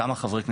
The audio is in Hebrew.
כמה חברי כנסת,